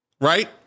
Right